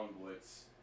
Blitz